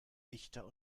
dichter